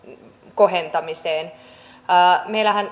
kohentamiseen meillähän